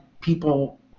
people